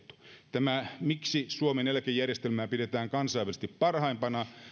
tämä miksi suomen eläkejärjestelmää pidetään kansainvälisesti parhaimpana